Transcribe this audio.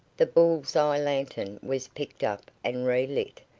the bull's-eye lantern was picked up and re-lit,